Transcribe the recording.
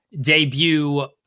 debut